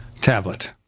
tablet